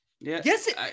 Yes